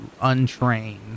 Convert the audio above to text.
untrain